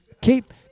Keep